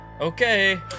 Okay